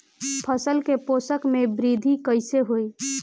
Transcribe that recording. फसल के पोषक में वृद्धि कइसे होई?